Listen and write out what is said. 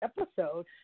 episode